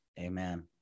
Amen